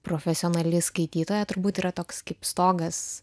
profesionali skaitytoja turbūt yra toks kaip stogas